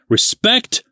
Respect